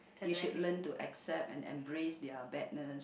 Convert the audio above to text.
you should learn to accept and embrace their badness